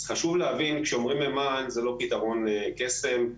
חשוב להבין, כשאומרים מימן זה לא פתרון קסם.